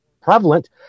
prevalent